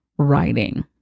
writing